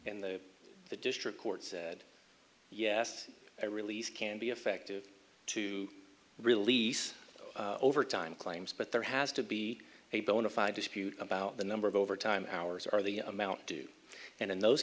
and the the district court said yes i release can be effective to release over time claims but there has to be a bona fide dispute about the number of overtime hours are the amount due and in those